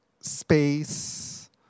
space